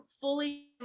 fully